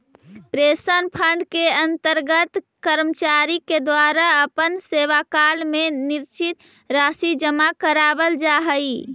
pension fund के अंतर्गत कर्मचारि के द्वारा अपन सेवाकाल में निश्चित राशि जमा करावाल जा हई